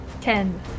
Ten